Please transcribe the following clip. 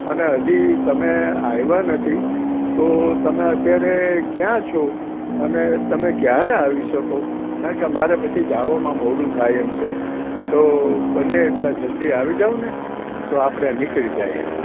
અને હજી તમે આવ્યા નથી તો તમે અત્યારે ક્યાં છો અને તમે ક્યારે આવી શકો કારણ કે મારે પછી જવામાં મોડું થાય એમ છે તો બને એટલા જલ્દી આવી જાવ ને તો આપણે નીકળી જઈએ